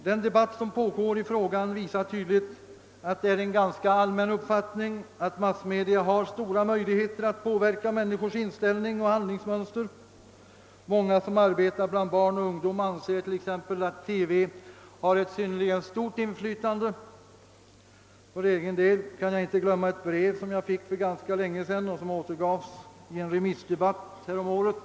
Den debatt som pågår i frågan visar tydligt att det är en ganska allmän uppfattning, att massmedia har stora möjligheter att påverka människors inställning och handlingsmönster. Många som arbetar bland barn och ungdom anser t.ex. att TV har ett synnerligen stort inflytande. För egen del kan jag inte glömma ett brev, som jag fick för ganska länge sedan och som återgavs i en remissdebatt häromåret.